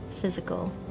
physical